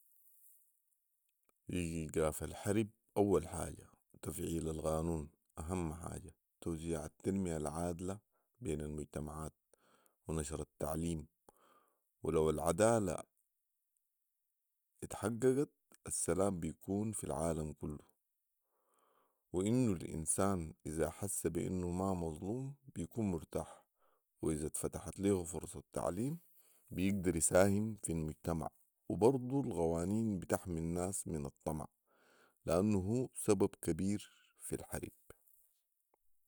ايقاف الحرب اول حاجة وتفعيل القانون اهم حاجه وتوزيع التنمية العادله بين المجتمعات ونشر التعليم ولو العداله اتحققت السلام يكون في العالم كله وانه الانسان اذا حس بانه ما مظلوم بيكون مرتاح واذا اتفتحت ليه فرص التعليم بيقدر يساهم في المجتمع وبرضو القوانين بتحمي الناس من الطمع لانه هو سبب كبير في الحرب